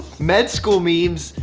med school memes,